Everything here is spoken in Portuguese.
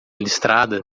listrada